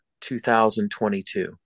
2022